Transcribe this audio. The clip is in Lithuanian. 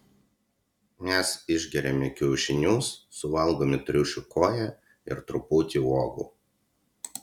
mes išgeriame kiaušinius suvalgome triušio koją ir truputį uogų